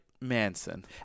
Manson